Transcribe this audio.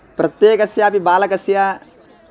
प्रत्येकस्यापि बालकस्य